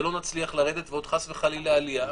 ולא נצליח לרדת ועוד חס וחלילה תהיה עלייה,